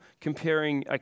comparing